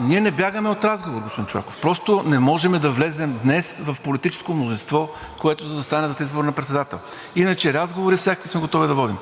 Ние не бягаме от разговори, господин Чолаков, просто не можем да влезем днес в политическо мнозинство, което да застане зад избор на председател. Иначе разговори всякакви сме готови да водим.